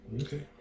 Okay